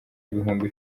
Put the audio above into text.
ibihumbi